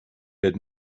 had